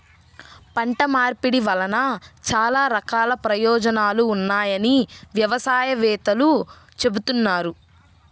పంట మార్పిడి వలన చాలా రకాల ప్రయోజనాలు ఉన్నాయని వ్యవసాయ వేత్తలు చెబుతున్నారు